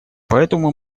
поэтому